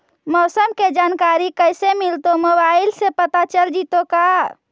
मौसम के जानकारी कैसे मिलतै मोबाईल से पता चल जितै का?